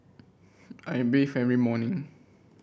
I bathe every morning